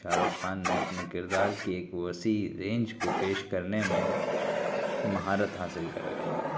شاہ رخ خان نے اپنے کردار کی ایک وسیع رینج کو پیش کرنے میں مہارت حاصل کر رکھی ہے